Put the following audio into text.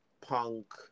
punk